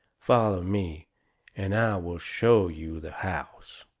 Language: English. foller me and i will show you the house.